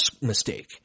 mistake